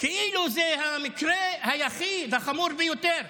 כאילו זה המקרה היחיד, החמור ביותר.